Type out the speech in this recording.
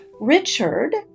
Richard